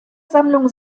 sammlung